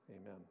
Amen